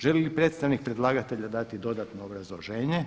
Želi li predstavnik predlagatelja doti dodatno obrazloženje?